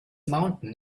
mountain